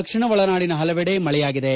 ದಕ್ಷಿಣ ಒಳನಾಡಿನ ಹಲವೆಡೆ ಮಳೆಯಾಗಿದೆ